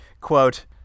quote